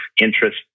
interest